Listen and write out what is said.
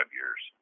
years